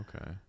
okay